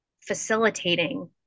facilitating